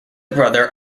brother